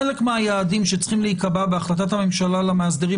חלק מן היעדים שצריכים להיקבע בהחלטת הממשלה למאסדרים